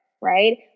right